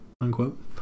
unquote